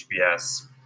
HBS